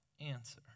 answer